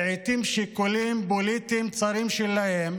שלעיתים שיקולים פוליטיים צרים שלהם